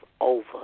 over